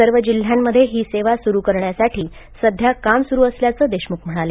सर्व जिल्ह्यांमध्ये ही सेवा सुरू करण्यासाठी सध्या काम सुरू असल्याचे देशमुख म्हणाले